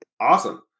awesome